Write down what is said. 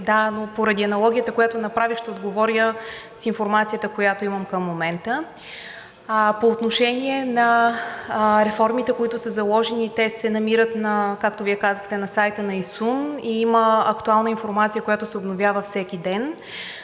Да, но поради аналогията, която направих, ще отговоря с информацията, която имам към момента. По отношение на реформите, които са заложени, те се намират, както Вие казахте, на сайта на ИСУН. Има актуална информация, която се обновява всеки ден.